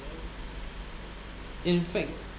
in fact